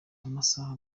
amasaha